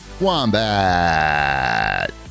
Wombat